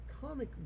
comic